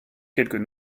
quelques